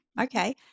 Okay